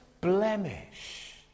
blemish